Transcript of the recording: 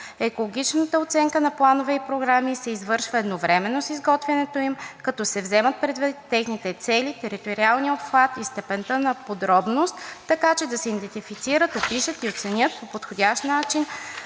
Екологичната оценка на планове и програми се извършва едновременно с изготвянето им, като се вземат предвид техните цели, териториален обхват и степента на подробност, така че да се идентифицират, опишат и оценят по подходящ начин